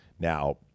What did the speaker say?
Now